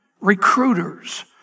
recruiters